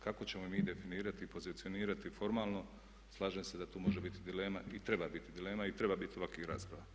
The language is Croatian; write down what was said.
Kako ćemo ih mi definirati i pozicionirati formalno, slažem se da tu može biti dilema i treba biti i treba biti ovakvih rasprava.